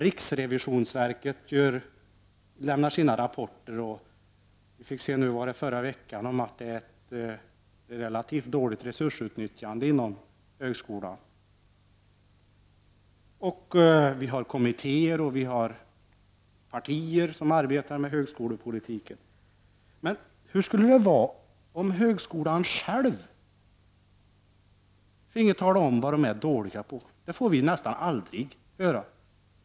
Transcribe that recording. Riksrevisionsverket lämnar sina rapporter. Jag fick se i förra veckan en rapport om ett relativt dåligt resursutnyttjande inom högskolan. Vi har kommittéer och vi har partier som arbetar med högskolepolitiken. Men hur skulle det vara om människorna inom högskolan själva finge tala om vad de är dåliga på? Det får vi nästan aldrig höra.